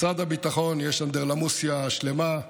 משרד הביטחון, יש אנדרלמוסיה שלמה.